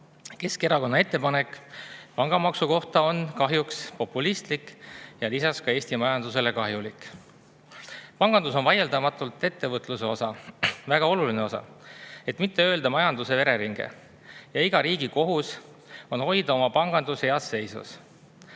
tööst. Keskerakonna ettepanek pangamaksu kohta on kahjuks populistlik ja lisaks Eesti majandusele kahjulik. Pangandus on vaieldamatult ettevõtluse osa, väga oluline osa, et mitte öelda majanduse vereringe. Iga riigi kohus on hoida oma pangandus heas seisus.